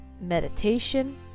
meditation